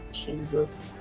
Jesus